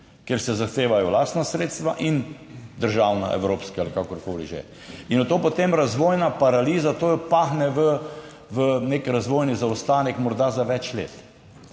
kjer se zahtevajo lastna sredstva, državna, evropska ali kakorkoli že, in je to potem razvojna paraliza. To jo pahne v nek razvojni zaostanek morda za več let.